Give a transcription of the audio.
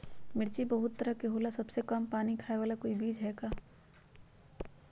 मिर्ची बहुत तरह के होला सबसे कम पानी खाए वाला कोई बीज है का?